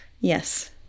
Yes